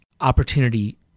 opportunity